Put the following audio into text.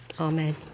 Amen